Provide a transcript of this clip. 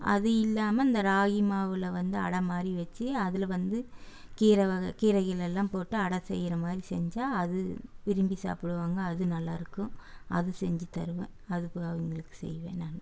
அது இல்லாமல் இந்த ராகி மாவில் வந்து அடை மாதிரி வெச்சு அதில் வந்து கீரை வகை கீரைகள் எல்லாம் போட்டு அடை செய்கிற மாதிரி செஞ்சால் அது விரும்பி சாப்பிடுவாங்க அது நல்லாயிருக்கும் அது செஞ்சு தருவேன் அது போல் அவங்களுக்கு செய்வேன் நான்